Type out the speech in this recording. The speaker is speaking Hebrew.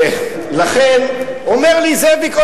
הוא אומר לי: זאביק,